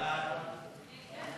ההצעה